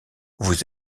vous